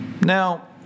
Now